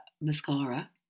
mascara